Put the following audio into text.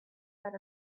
that